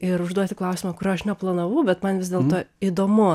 ir užduoti klausimą kurio aš neplanavau bet man vis dėlto įdomu